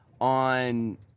on